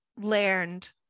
learned